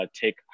take